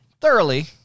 Thoroughly